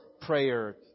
prayer